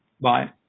bye